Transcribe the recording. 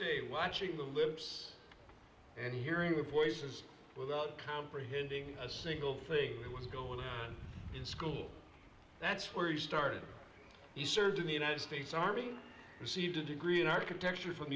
day watching the lips and hearing the places without comprehending a single thing that was going on in school that's where he started he served in the united states army received a degree in architecture from